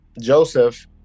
Joseph